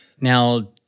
Now